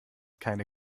keine